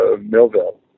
Millville